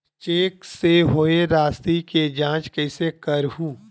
Cheque से होए राशि के जांच कइसे करहु?